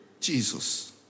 Jesus